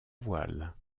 voile